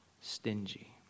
Stingy